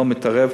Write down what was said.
לא מתערב.